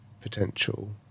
potential